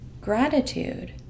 Gratitude